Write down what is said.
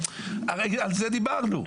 על זה דיברנו.